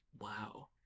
Wow